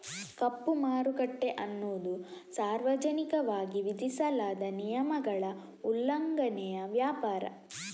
ಕಪ್ಪು ಮಾರುಕಟ್ಟೆ ಅನ್ನುದು ಸಾರ್ವಜನಿಕವಾಗಿ ವಿಧಿಸಲಾದ ನಿಯಮಗಳ ಉಲ್ಲಂಘನೆಯ ವ್ಯಾಪಾರ